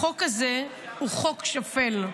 החוק הזה הוא חוק שפל,